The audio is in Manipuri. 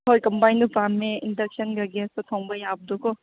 ꯍꯣꯏ ꯀꯝꯕꯥꯏꯟꯗꯨ ꯄꯥꯝꯃꯦ ꯏꯟꯗꯛꯁꯟꯒ ꯒꯦꯁꯀ ꯊꯣꯡꯕ ꯌꯥꯕꯗꯨꯀꯣ